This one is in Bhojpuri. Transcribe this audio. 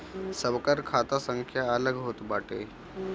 सबकर खाता संख्या अलग होत बाटे